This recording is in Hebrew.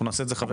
חבר